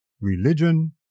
religion